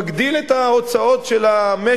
כי זה מגדיל את ההוצאות של המשק,